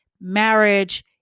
marriage